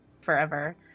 forever